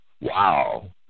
wow